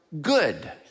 good